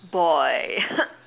boy